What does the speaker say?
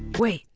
wait,